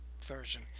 version